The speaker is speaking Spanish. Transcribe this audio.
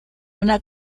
una